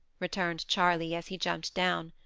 returned charley, as he jumped down.